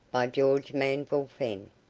by george manville fenn.